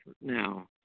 now